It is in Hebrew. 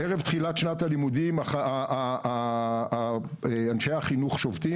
ערב תחילת שנת הלימודים אנשי החינוך שובתים,